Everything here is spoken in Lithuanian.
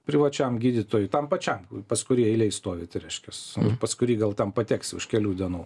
privačiam gydytojui tam pačiam pas kurį eilėj stovite reiškias pas kurį gal ten pateksi už kelių dienų